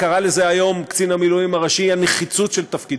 קרא לזה היום קצין המילואים הראשי הנחיצות של תפקידו,